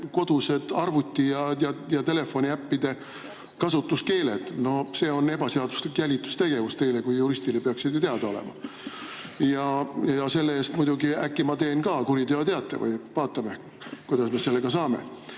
koduste arvutite ja telefoniäppide kasutuskeeled. No see on ebaseaduslik jälitustegevus, teile kui juristile peaks see ju teada olema. Selle eest muidugi äkki ma teen ka kuriteoteate või vaatame, kuidas me sellega saame.